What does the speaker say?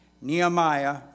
Nehemiah